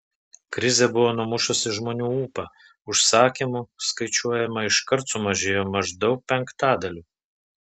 krizė buvo numušusi žmonių ūpą užsakymų skaičiuojama iškart sumažėjo maždaug penktadaliu